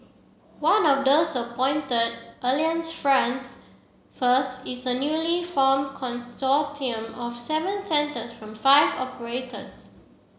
one of those appointed alliance friends first is a newly formed consortium of seven centres from five operators